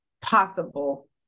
possible